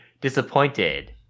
disappointed